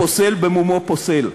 הפוסל, במומו פוסל.